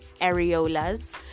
areolas